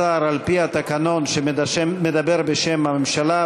השר שמדבר בשם הממשלה,